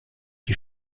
die